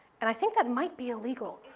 and i think that might be illegal.